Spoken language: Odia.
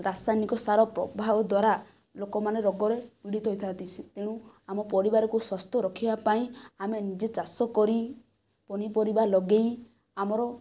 ରାସାୟନିକ ସାର ପ୍ରଭାବ ଦ୍ୱାରା ଲୋକମାନେ ରୋଗରେ ପୀଡ଼ିତ ହୋଇଥାନ୍ତି ସେ ତେଣୁ ଆମ ପରିବାରକୁ ସ୍ୱସ୍ଥ ରଖିବା ପାଇଁ ଆମେ ନିଜେ ଚାଷ କରି ପନିପରିବା ଲଗେଇ ଆମର